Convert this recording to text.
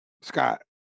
Scott